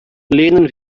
lehnen